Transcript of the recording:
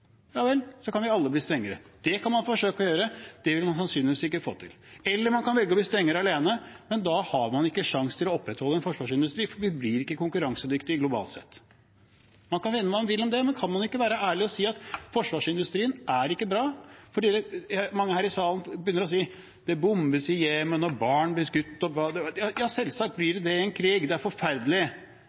Det kan man forsøke å gjøre, men det vil man sannsynligvis ikke få til. Eller man kan velge å bli strengere alene, men da har man ikke sjans til å opprettholde en forsvarsindustri, for da blir vi ikke konkurransedyktige globalt sett. Man kan mene hva man vil om det, men kan man ikke være så ærlig og si at forsvarsindustrien ikke er bra? Her i salen sier mange: Det bombes i Jemen, og barn blir skutt, osv. Ja, selvsagt er det slik i en krig, og det er forferdelig,